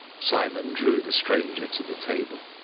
simon drew the stranger to the table.